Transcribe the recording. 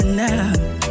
now